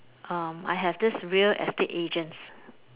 um I have this real estate agents